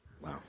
wow